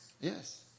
Yes